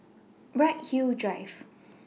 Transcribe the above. Bright Hill Drive